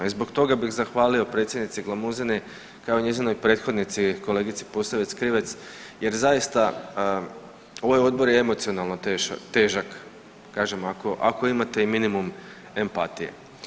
I zbog toga bih zahvalio predsjednici Glamuzini kao i njezinoj prethodnici kolegici Posavec Krivec jer zaista ovaj odbor je emocionalno težak, kažem ako imate i minimum empatije.